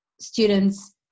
students